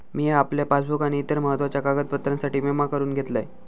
मिया आपल्या पासबुक आणि इतर महत्त्वाच्या कागदपत्रांसाठी विमा करून घेतलंय